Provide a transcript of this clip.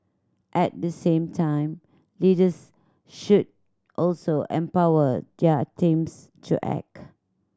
at the same time leaders should also empower their teams to act